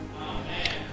Amen